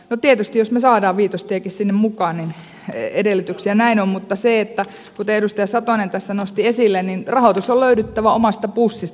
no tietysti jos me saamme viitostienkin sinne mukaan edellytyksiä näin on mutta kuten edustaja satonen tässä nosti esille niin rahoituksen on löydyttävä omasta pussista